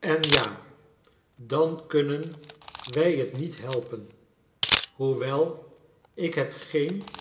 en ja dan kunnen wij t niet helpen v hoewel ik hetgeen